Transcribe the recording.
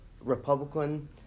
Republican